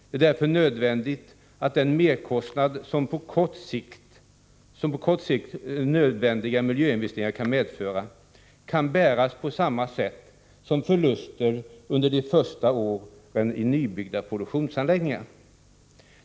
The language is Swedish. Det är därför nödvändigt att merkostnader på kort sikt som nödvändiga miljöinvesteringar kan medföra kan bäras på samma sätt som förluster under de första åren i nybyggda produktionsanläggningar.